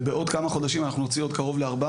ובעוד כמה חודשים אנחנו נוציא עוד קרוב ל-400.